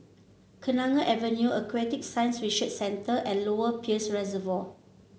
Kenanga Avenue Aquatic Science Research Center and Lower Peirce Reservoir